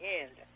end